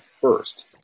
first